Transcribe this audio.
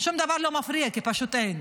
שום דבר לא מפריע כי פשוט אין.